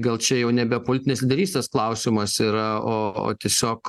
gal čia jau nebe politinės lyderystės klausimas yra o o tiesiog